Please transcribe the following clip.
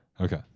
Okay